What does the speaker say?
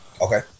Okay